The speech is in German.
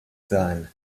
sein